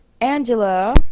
Angela